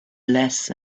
less